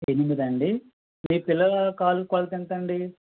ఎనిమిదా అండి మీ పిల్లల కాలు కొలత ఎంతండీ